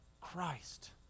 Christ